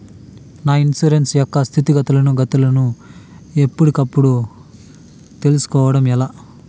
నా ఇన్సూరెన్సు యొక్క స్థితిగతులను గతులను ఎప్పటికప్పుడు కప్పుడు తెలుస్కోవడం ఎలా?